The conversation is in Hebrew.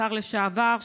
השר לשעבר,